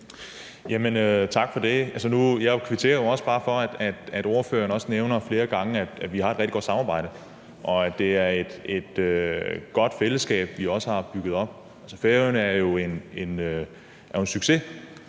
Tak for det. Jeg kvitterer jo også bare for, at ordføreren flere gange nævner, at vi har et rigtig godt samarbejde, og at det også er et godt fællesskab, vi har bygget op. Færøerne er jo en succes,